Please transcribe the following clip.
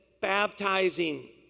baptizing